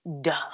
duh